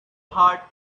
heart